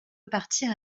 repartir